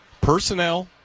personnel